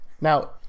Now